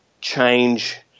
change